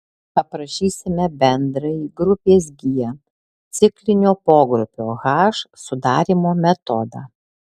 aprašysime bendrąjį grupės g ciklinio pogrupio h sudarymo metodą